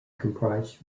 comprised